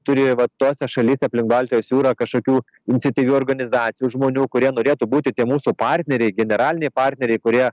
turi va tose šalyse aplink baltijos jūrą kažkokių iniciatyvių organizacijų žmonių kurie norėtų būti tie mūsų partneriai generaliniai partneriai kurie